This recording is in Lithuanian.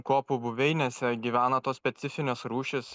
kopų buveinėse gyvena tos specifinės rūšys